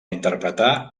interpretar